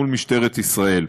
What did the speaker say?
מול משטרת ישראל.